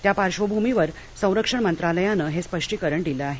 त्या पार्श्वभूमीवर संरक्षण मंत्रालयानं हे स्पष्टीकरण दिलं आहे